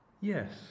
Yes